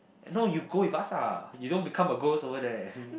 no you go with us lah you don't become a ghost over there